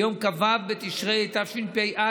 ביום כ"ו בתשרי התשפ"א,